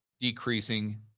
decreasing